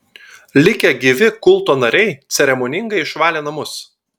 likę gyvi kulto nariai ceremoningai išvalė namus